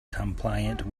compliant